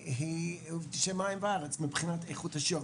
ההבדל הוא בין שמים לארץ מבחינת איכות השירות.